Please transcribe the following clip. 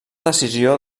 decisió